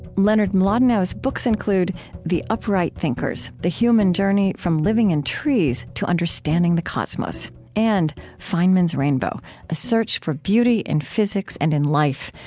leonard mlodinow's books include the upright thinkers the human journey from living in trees to understanding the cosmos and feynman's rainbow a search for beauty in physics and in life,